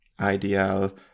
IDL